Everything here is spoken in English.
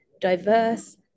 diverse